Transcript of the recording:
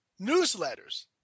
newsletters